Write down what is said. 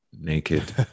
naked